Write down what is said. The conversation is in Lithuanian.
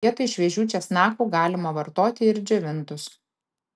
vietoj šviežių česnakų galima vartoti ir džiovintus